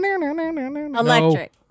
Electric